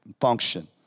function